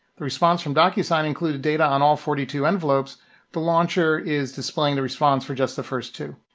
the response from docusign included data on all forty two envelopes the launcher is displaying the response for just the first two.